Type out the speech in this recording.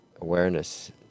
awareness